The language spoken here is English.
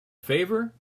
favor